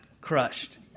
crushed